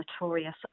notorious